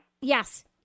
Yes